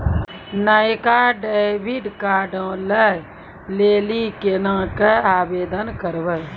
नयका डेबिट कार्डो लै लेली केना के आवेदन करबै?